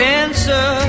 answer